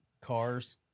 cars